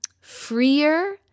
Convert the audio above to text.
freer